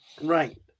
Right